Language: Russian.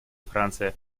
франция